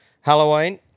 Halloween